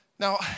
Now